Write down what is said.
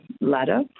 ladder